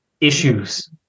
Issues